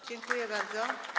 Dziękuję bardzo.